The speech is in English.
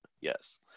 Yes